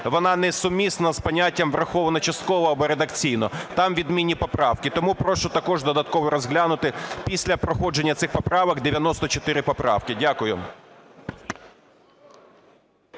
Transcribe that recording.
вона несумісна з поняттям "врахована частково або редакційно", там відмінні поправки. Тому прошу також додатково розглянути після проходження цих поправок, 94 поправки. Дякую.